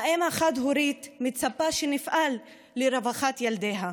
האם החד-הורית מצפה שנפעל לרווחת ילדיה,